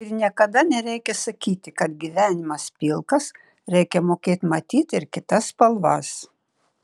ir niekada nereikia sakyti kad gyvenimas pilkas reikia mokėt matyt ir kitas spalvas